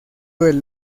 del